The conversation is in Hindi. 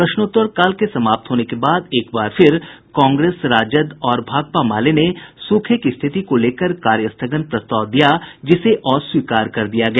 प्रश्नोत्तरकाल के समाप्त होने के बाद एक बार फिर कांग्रेस राजद और भाकपा माले ने सूखे की स्थिति को लेकर कार्यस्थगन प्रस्ताव दिया जिसे अस्वीकार कर दिया गया